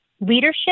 leadership